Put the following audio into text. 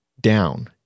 down